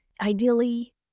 Ideally